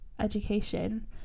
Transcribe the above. education